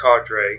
Cadre